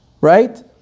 Right